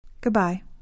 Goodbye